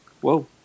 Whoa